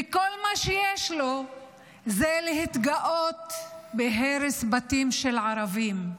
וכל מה שיש לו זה להתגאות בהרס בתים של ערבים,